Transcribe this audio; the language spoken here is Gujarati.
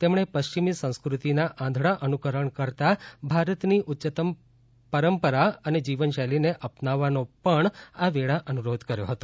તેમણે પશ્ચિમી સંસ્કૃતિના આંધળા અનુકરણ કરતા ભારતની ઉચ્યત્તમ પરંપરા અને જીવનશૈલીને અપનાવવાનો પણ આ વેળા અનુરોધ કર્યો હતો